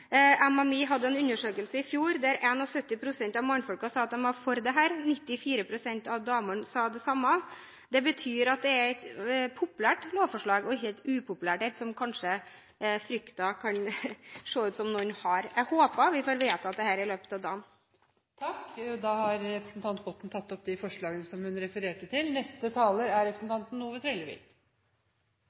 hadde en undersøkelse i fjor der 71 pst. av mannfolka sa at de var for dette. 94 pst. av damene sa det samme. Det betyr at det er et populært lovforslag og ikke et upopulært et, som det kan se ut til at noen frykter. Jeg håper at vi får vedtatt dette i løpet av dagen. Da har representanten Else-May Botten tatt opp de forslagene som hun refererte til.